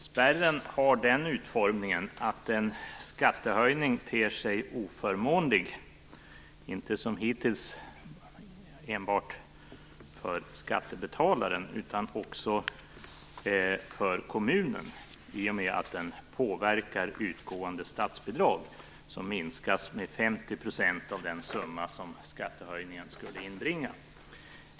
Spärren har den utformningen att en skattehöjning ter sig direkt oförmånlig - inte som hittills enbart för skattebetalaren, utan också för kommunen i och med att den påverkar utgående statsbidrag, som minskas med 50 % av den summa som skattehöjningen skulle inbringa.